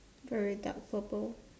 very dark purple